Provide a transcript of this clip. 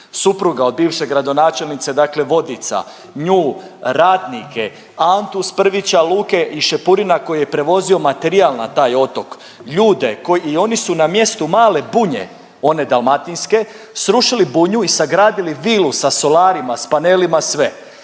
supruga od bivše gradonačelnice dakle Vodica, nju, radnike, Antu s Prvića luke i Šepurina koji je prevozio materijal na taj otok, ljude koji i oni su na mjestu male bunje one dalmatinske srušili bunju i sagradili vilu sa solarima, s panelima sve.